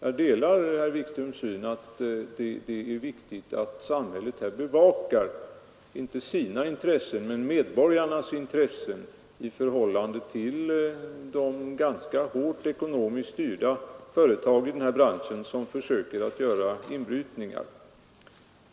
Jag delar herr Wikströms uppfattning att det är viktigt att samhället här bevakar, inte sina intressen men medborgarnas intressen i förhållande till de ganska hårt ekonomiskt styrda företag i branschen som försöker att göra inbrytningar.